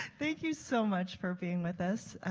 thank you so much for being with us.